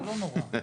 נורא.